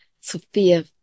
Sophia